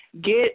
get